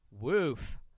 Woof